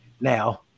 Now